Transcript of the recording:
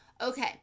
Okay